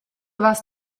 vás